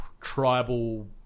tribal